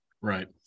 Right